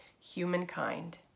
humankind